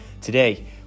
Today